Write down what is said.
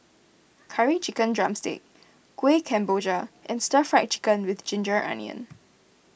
Curry Chicken Drumstick Kuih Kemboja and Stir Fried Chicken with Ginger Onions